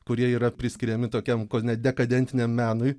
kurie yra priskiriami tokiam kone dekadentiniam menui